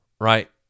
right